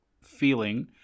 feeling